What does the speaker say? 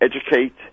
educate